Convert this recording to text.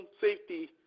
safety